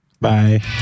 bye